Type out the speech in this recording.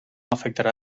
afectarà